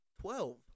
Twelve